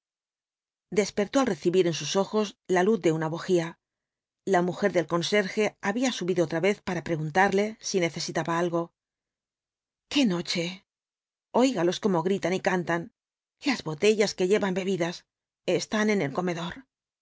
despertó al recibir en sus ojos la luz de una bujía la mujer del conserje había subido otra vez para preguntarle si necesitaba algo qué noche óigalos cómo gritan y cantan las botellas que llevan bebidas están en el comedor